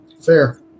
Fair